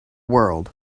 world